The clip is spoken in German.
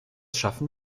schaffen